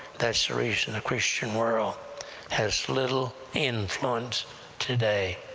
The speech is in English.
that's the reason the christian world has little influence today.